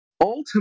Ultimately